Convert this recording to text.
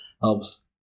helps